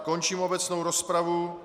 Končím obecnou rozpravu.